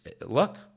Look